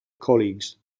colleagues